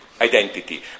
identity